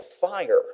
fire